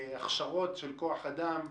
הכשרות של כוח אדם.